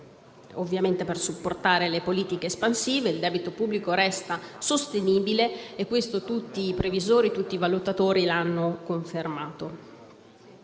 nel 2020, per supportare le politiche espansive. Il debito pubblico resta sostenibile: tutti i previsori e tutti i valutatori l'hanno confermato.